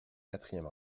quatrième